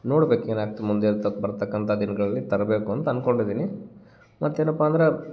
ನೋಡ್ಬೇಕು ಏನಾಗ್ತೆ ಮುಂದೆ ಬರತಕ್ಕಂಥ ದಿನಗಳಲ್ಲಿ ತರಬೇಕು ಅಂತ ಅಂದ್ಕೊಂಡಿದ್ದೀನಿ ಮತ್ತೇನಪ್ಪ ಅಂದ್ರೆ